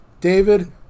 David